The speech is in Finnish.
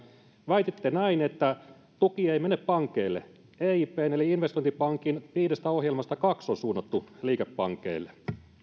väititte näin että tuki ei mene pankeille eipn eli investointipankin viidestä ohjelmasta kaksi on suunnattu liikepankeille